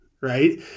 right